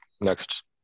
next